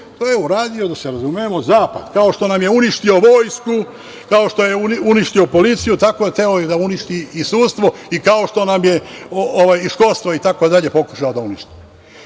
To je uradio, da se razumemo, zapad, kao što nam je uništio vojsku, kao što je uništio policiju, tako je hteo da uništi i sudstvo i školstvo, i tako dalje, pokušao da uništi. Znači,